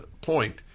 point